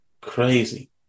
Crazy